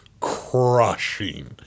crushing